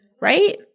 Right